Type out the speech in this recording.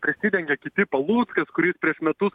prisidengia kiti paluckas kuris prieš metus